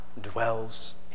dwells